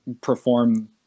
perform